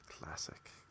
classic